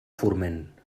forment